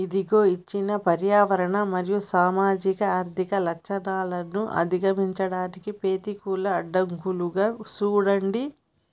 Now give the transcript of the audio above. ఇదిగో ఇచ్చిన పర్యావరణ మరియు సామాజిక ఆర్థిక లచ్చణాలను అధిగమించడానికి పెతికూల అడ్డంకులుగా సూడండి